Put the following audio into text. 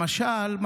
למשל,